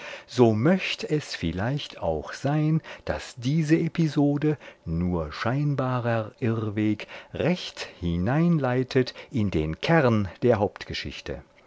so möcht es vielleicht auch sein daß diese episode nur scheinbarer irrweg recht hineinleitet in den kern der